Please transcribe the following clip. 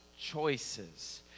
choices